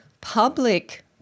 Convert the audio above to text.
public